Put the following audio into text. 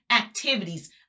activities